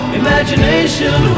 imagination